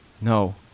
No